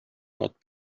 not